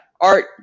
art